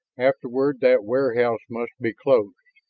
afterward that warehouse must be closed,